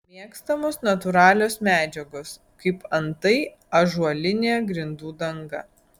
mėgstamos natūralios medžiagos kaip antai ąžuolinė grindų danga